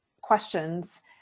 questions